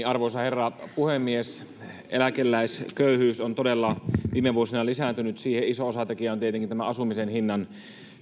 arvoisa herra puhemies eläkeläisköyhyys on todella viime vuosina lisääntynyt siinä iso osatekijä on tietenkin asumisen hinnan